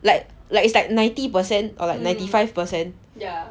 like like it's like ninety percent or like ninety five percent